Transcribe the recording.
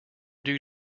due